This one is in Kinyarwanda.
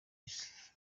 isi